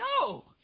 No